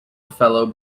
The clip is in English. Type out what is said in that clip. fellow